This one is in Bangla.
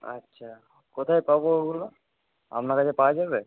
আচ্ছা কোথায় পাব ওগুলো আপনার কাছে পাওয়া যাবে